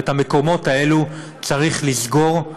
ואת המקומות האלו צריך לסגור,